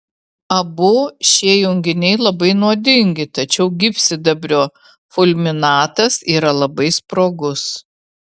abu šie junginiai labai nuodingi tačiau gyvsidabrio fulminatas yra labai sprogus